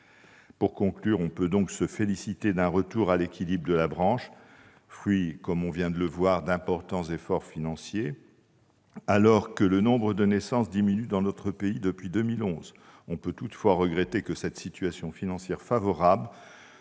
Pour conclure, on peut donc se féliciter d'un retour à l'équilibre de la branche, fruit d'importants efforts financiers. Alors que le nombre de naissances diminue dans notre pays depuis 2011, on peut toutefois regretter que cette situation financière favorable